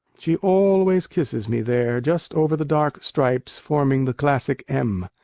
she always kisses me there, just over the dark stripes forming the classic m,